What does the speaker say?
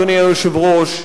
אדוני היושב-ראש,